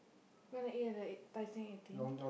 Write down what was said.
you want to eat at the Tai Seng eighteen